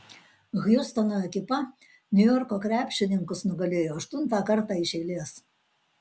hjustono ekipa niujorko krepšininkus nugalėjo aštuntą kartą iš eilės